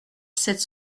sept